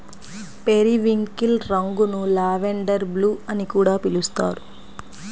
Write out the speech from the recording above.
periwinkle రంగును lavender blue అని కూడా పిలుస్తారు